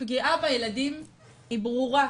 הפגיעה בילדים היא ברורה,